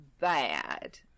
bad